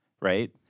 Right